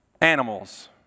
animals